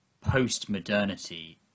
post-modernity